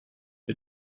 mit